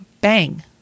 bang